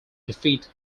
defeat